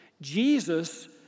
Jesus